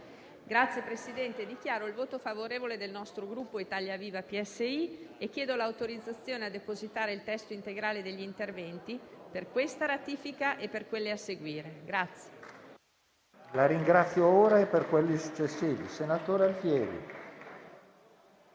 Signor Presidente, dichiaro il voto favorevole del Gruppo Italia Viva-PSI e chiedo l'autorizzazione a depositare il testo integrale degli interventi per questa ratifica e per quelle a seguire.